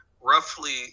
roughly